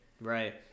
right